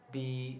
be